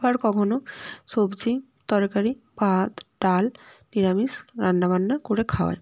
আবার কখনো সবজি তরকারি ভাত ডাল নিরামিষ রান্না বান্না করে খাওয়ায়